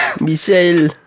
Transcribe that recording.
Michelle